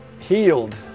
healed